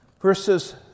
Verses